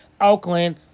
Oakland